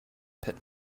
pit